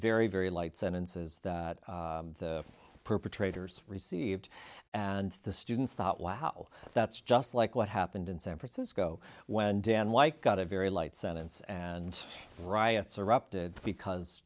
very very light sentences that the perpetrators received and the students thought wow that's just like what happened in san francisco when dan white got a very light sentence and riots erupted because